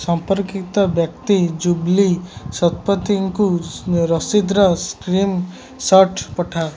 ସମ୍ପର୍କିତ ବ୍ୟକ୍ତି ଜୁବ୍ଲି ଶତପଥୀଙ୍କୁ ରସିଦର ସ୍କ୍ରିନ୍ ଶଟ୍ ପଠାଅ